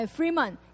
Freeman